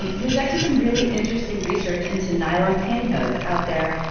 and there's actually some really interesting research into nylon pantyhose out there.